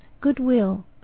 Goodwill